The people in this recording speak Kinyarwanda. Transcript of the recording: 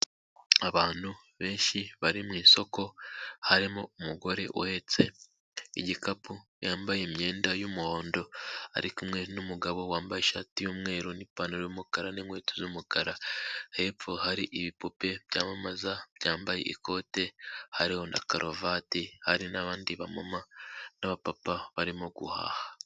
Abantu benshi bari mu isoko, harimo umugore uhetse igikapu, yambaye imyenda y'umuhondo, ari kumwe n'umugabo wambaye ishati y'umweru n'ipantaro y'umukara n'inkweto z'umukara. Hepfo hari ibipupe byamamaza byambaye ikote hariho na karuvati. Hari n'abandi bamama n'abapapa barimo guhaha.